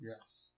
Yes